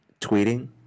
tweeting